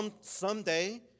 someday